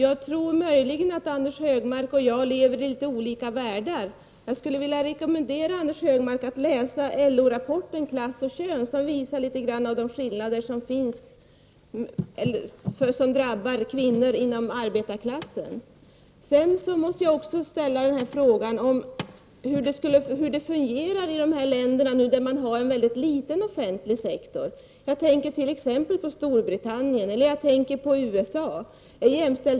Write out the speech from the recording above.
Herr talman! Anders Högmark och jag lever möjligen i olika världar. Jag skulle vilja rekommendera Anders Högmark att läsa LO rapporten Klass och kön, som visar något av de skillnader som drabbar kvinnor inom arbetarklassen. Sedan vill jag ställa frågan hur det skulle fungera i de länder där man har en mycket liten offentlig sektor. Jag tänker t.ex. på Storbritannien och USA.